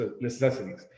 necessities